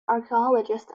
archaeologist